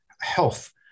health